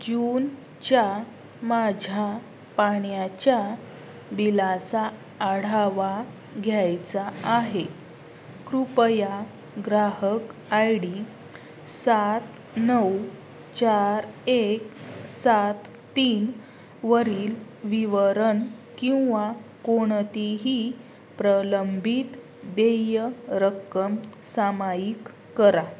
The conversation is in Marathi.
जूनच्या माझ्या पाण्याच्या बिलाचा आढावा घ्यायचा आहे कृपया ग्राहक आय डी सात नऊ चार एक सात तीनवरील विवरण किंवा कोणतीही प्रलंबित देय रक्कम सामाईक करा